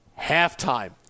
Halftime